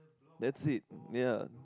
that's it ya